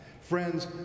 Friends